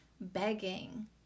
begging